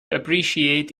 appreciate